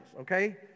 okay